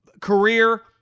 career